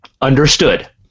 Understood